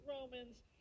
Romans